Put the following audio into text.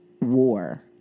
war